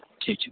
ठीक छै